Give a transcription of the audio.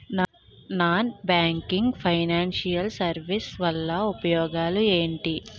Non banking financial services వల్ల ఉపయోగాలు ఎంటి?